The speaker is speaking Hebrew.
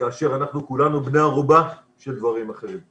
כאשר אנחנו כולנו בני ערובה של דברים אחרים.